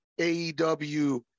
AEW